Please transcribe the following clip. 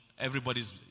Everybody's